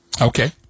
Okay